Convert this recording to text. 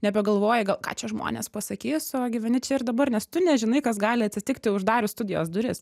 nebegalvoji gal ką žmonės pasakys o gyveni čia ir dabar nes tu nežinai kas gali atsitikti uždarius studijos duris